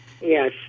Yes